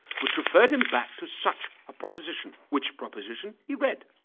which referred him back to such a proposition, which proposition he read.